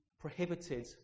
prohibited